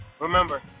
Remember